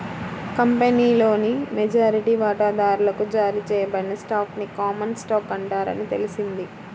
కంపెనీలోని మెజారిటీ వాటాదారులకు జారీ చేయబడిన స్టాక్ ని కామన్ స్టాక్ అంటారని తెలిసింది